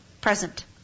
present